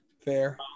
Fair